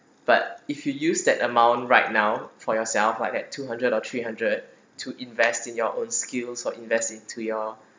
but if you use that amount right now for yourself like that two hundred or three hundred to invest in your own skills or invest into your